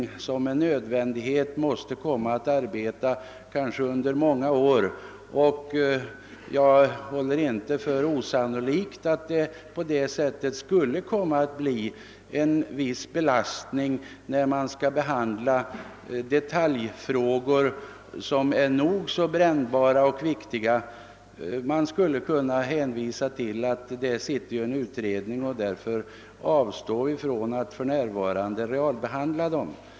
En sådan måste med nödvändighet arbeta under kanske många år, och jag håller det inte för osannolikt att det skulle kunna innebära en viss belastning när brännbara och viktiga detaljfrågor skall behandlas. Man skulle då kunna hänvisa till denna utredning och vägra att realbehandla detaljfrågorna.